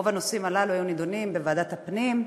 רוב הנושאים הללו היו נדונים בוועדת הפנים,